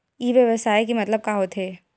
ई व्यवसाय के मतलब का होथे?